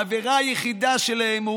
העבירה היחידה שלהם היא